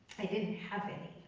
i didn't have any.